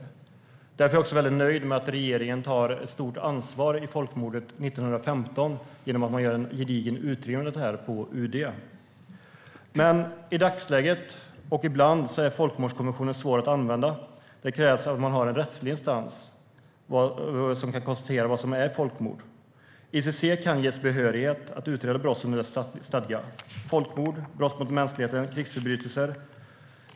Därför är jag också mycket nöjd med att regeringen tar ett stort ansvar i frågan om folkmordet 1915 genom att göra en gedigen utredning om det på UD. Men i dagsläget och ibland är folkmordskonventionen svår att använda. Det krävs att man har en rättslig instans som kan konstatera vad som är folkmord. ICC kan ges behörighet att utreda brott under dess stadga: folkmord, brott mot mänskligheten, krigsförbrytelser.